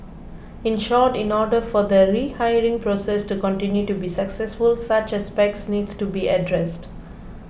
in short in order for the rehiring process to continue to be successful such aspects needs to be addressed